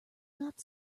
not